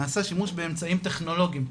נעשה שימוש באמצעים טכנולוגיים,